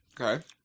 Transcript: Okay